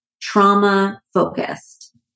trauma-focused